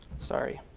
sorry.